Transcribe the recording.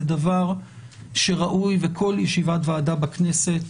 זה דבר שראוי שכל ישיבת ועדה בכנסת,